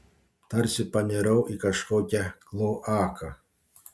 tarsi panirau į kažkokią kloaką